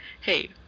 Hey